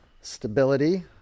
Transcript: Stability